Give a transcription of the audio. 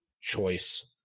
choice